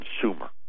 consumer